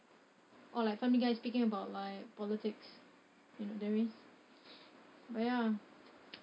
or like family guy speaking about like politics you know there is but ya